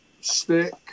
stick